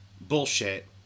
bullshit